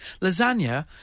lasagna